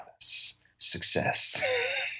Success